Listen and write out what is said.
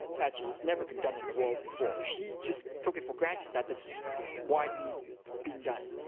actually, it's never been done in the world before. she just took it for granted that this was widely being done.